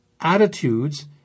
attitudes